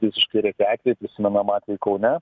visiškai reti atvejai prisimenam atvejį kaune